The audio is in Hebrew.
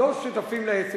לא שותפים לעסק,